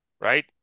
right